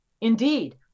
indeed